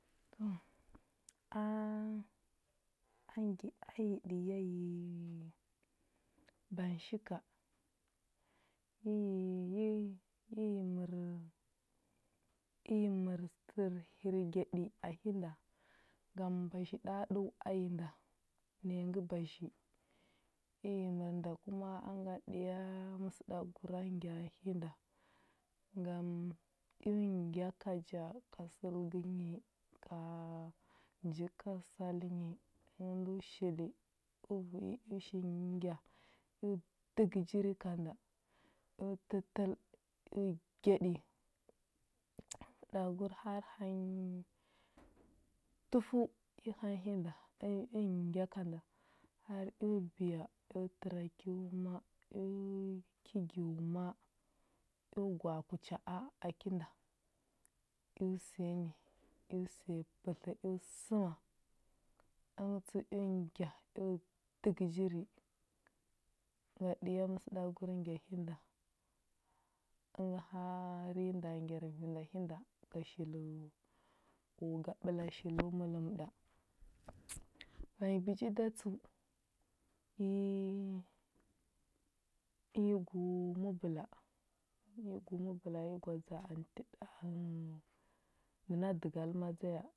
Aaa a ngya a yi də ya yi banshika yi yi yi yi mər i yi mər sər tlər hirgyaɗi a hinda ngam bazhi ɗa ɗəu a yi nda. Naya ngə bazhi. I yi mər nda kuma a ngaɗə ɗiya əsəɗagura ngya hinda. Ngam eo ngya ka ja ka sələgə nyi ka njigə ka sal nyi əna ndo shili əvu i eo shi ngya eo dəgə jiri ka nda eo tətəl eo gyaɗi səɗagur har hanyi tufəu. i hanyi hinda. əngə i ngya ka nda, har eo biya eo təra kyo məa. Eo ki gyo məa, eo gwa a kucha a a kinda eo səya ni, eo səya pətlə eo səma. Əngə tsəu eo ngya eo dəgə jiri. Ngaɗə ya məsəɗagur ngya hinda, əngə har yi nda ngyar vi nda hinda, ga shilo u ga ɓəla shilo mələm ɗa. Vanyi bəji da tsəu yi yi go mubula, yi go mubula yi gwa dza anti ɗa ənghəə ndə nda dəgal madza ya